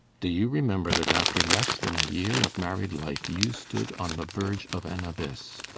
do you remember that after less than a year of married life you stood on the verge of an abyss?